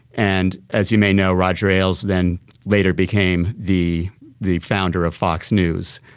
and as you may know, roger ailes then later became the the founder of fox news,